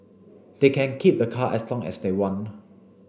they can keep the car as long as they want